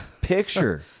picture